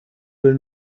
will